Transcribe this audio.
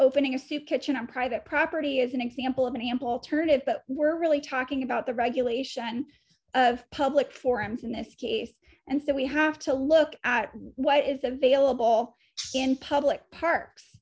opening a soup kitchen on private property is an example of an ample turn it but we're really talking about the regulation of public forums in this case and so we have to look at why is available in public